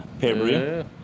pay-per-view